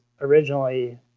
originally